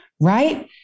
right